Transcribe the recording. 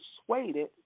persuaded